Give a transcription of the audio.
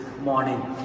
morning